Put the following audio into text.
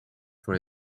for